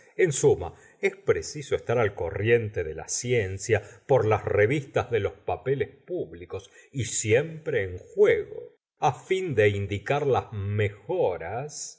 en suma es preciso estar al corriente de la ciencia por las revistas de los papeles públicos y siempre en juego fin de indicar las mejoras